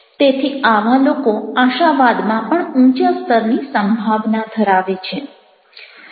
તેથી આવા લોકો આશાવાદમાં પણ ઊંચા સ્તરની સંભાવના ધરાવે છે